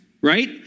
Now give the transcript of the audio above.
right